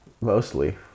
mostly